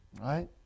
right